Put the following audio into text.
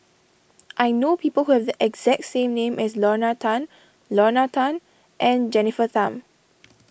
I know people who have the exact same name as Lorna Tan Lorna Tan and Jennifer Tham